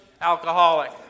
alcoholic